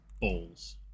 balls